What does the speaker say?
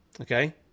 Okay